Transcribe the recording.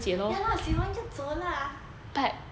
ya lah 写完就走啦